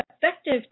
effective